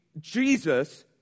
Jesus